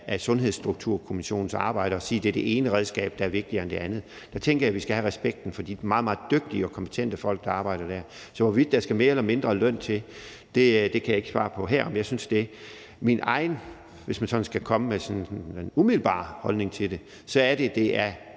af Sundhedsstrukturkommissionens arbejde og sige, at det ene redskab er vigtigere end det andet. Der tænker jeg, at vi skal have respekten for de meget, meget dygtige og kompetente folk, der arbejder der. Så hvorvidt der skal mere eller mindre løn til, kan jeg ikke svare på her, men hvis jeg sådan skal komme med min egen umiddelbare holdning til det, er det langt hen